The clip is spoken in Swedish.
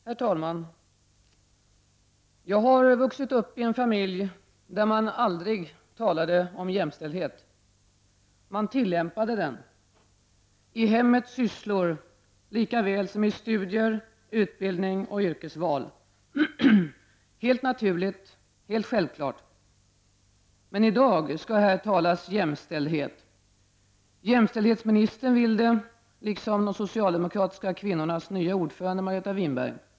Herr talman! Jag har vuxit upp i en familj där man aldrig talade om jämställdhet. Man tillämpade den -- i hemmets sysslor lika väl som i studier, utbildning och yrkesval. Det var helt naturligt, helt självklart. Men i dag skall det här talas om jämställdhet. Jämställdhetsministern vill det, liksom de socialdemokratiska kvinnornas nya ordförande, Margareta Winberg.